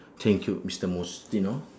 thank you mister mustino